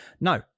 No